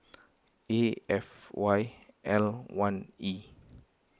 A F Y L one E